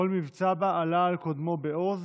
כל מבצע בה עלה על קודמו בעוז,